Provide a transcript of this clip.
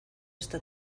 esta